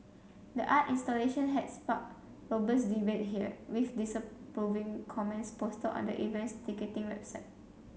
the art installation had sparked robust debate here with disapproving comments posted on the event's ticketing website